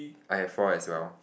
I have four as well